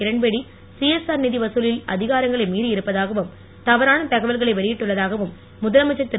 Kiran Bedi CSR நிதி வதுலில் அதிகாரங்களை மீறி இருப்பதாகவும் தவறான தகவல்களை வெளியிட்டுள்ள தாகவும் முதலமைச்சர் திரு